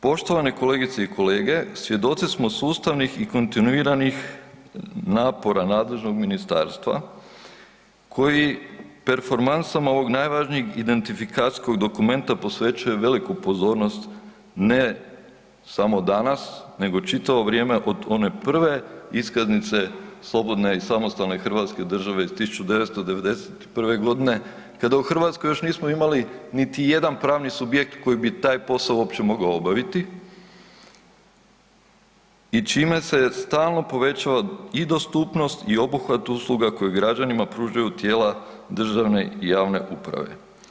Poštovane kolegice i kolege, svjedoci smo sustavnih i kontinuiranih napora nadležnog ministarstva koji performansom ovog najvažnijeg identifikacijskog dokumenta posvećuje veliku pozornost, ne samo danas nego čitavo vrijeme od one prve iskaznice slobodne i samostalne hrvatske države iz 1991.g. kada u Hrvatskoj još nismo imali niti jedan pravni subjekt koji bi taj posao uopće mogao obaviti i čime se je stalno povećala i dostupnost i obuhvat usluga koje građanima pružaju tijela državne i javne uprave.